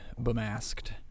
bemasked